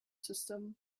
system